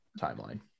timeline